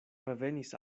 revenis